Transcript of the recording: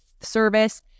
service